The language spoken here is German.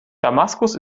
damaskus